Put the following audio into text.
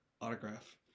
autograph